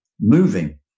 moving